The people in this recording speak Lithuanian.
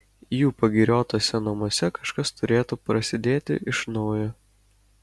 jų pagiriotuose namuose kažkas turėtų prasidėti iš naujo